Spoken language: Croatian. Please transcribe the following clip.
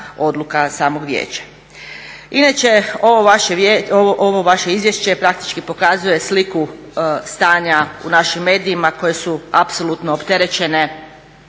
odluka samog vijeća. Inače ovo vaše izvješće praktički pokazuje sliku stanja u našim medijima koje su apsolutno opterećene